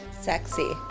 Sexy